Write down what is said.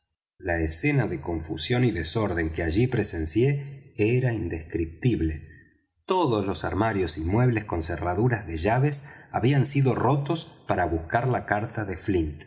la escena de confusión y desorden que allí presencié era indescriptible todos los armarios y muebles con cerraduras de llaves habían sido rotos para buscar la carta de